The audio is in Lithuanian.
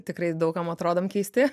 tikrai daug kam atrodom keisti